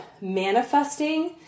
manifesting